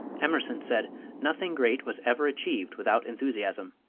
emerson said nothing great was ever achieved without enthusiasm.